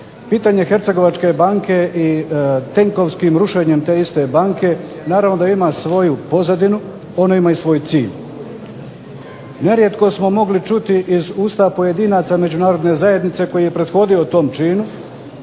pitanje Hercegovačke banke i tenkovskim rušenjem te iste banke naravno da ima svoju pozadinu. Ona ima i svoj cilj. Nerijetko smo mogli čuti iz usta pojedinaca međunarodne zajednice koji je prethodio tom činu,